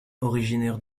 originaire